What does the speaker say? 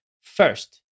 first